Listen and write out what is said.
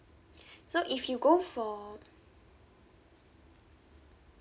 so if you go for